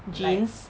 genes